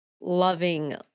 loving